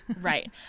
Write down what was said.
Right